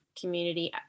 community